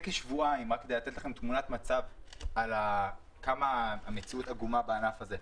אני רוצה לתאר את תמונת המצב ועד כמה המציאות היא עגומה בענף הזה.